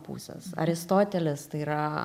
pusės aristotelis tai yra